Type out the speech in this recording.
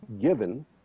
given